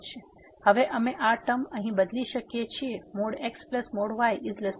તેથી હવે અમે આ ટર્મ અહીં બદલી શકીએ છીએ xy2x2y2